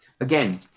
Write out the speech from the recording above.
Again